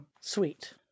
Sweet